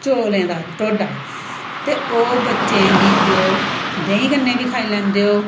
चौलें दा ढोडा ते ओह् बच्चें गी देओ देहीं कन्नै बी खाई लैंदे ओ